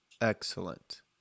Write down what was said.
excellent